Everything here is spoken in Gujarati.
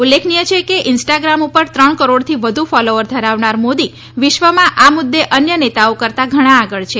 ઉલ્લેખનીય છે કે ઇન્સ્ટાગ્રામ ઉપર ત્રણ કરોડથી વધુ ફોલોઅર ધરાવનાર મોદી વિશ્વમાં આ મુદ્દે અન્ય નેતાઓ કરતાં ઘણાં આગળ છે